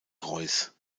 reuß